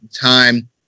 time